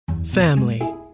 family